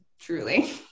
Truly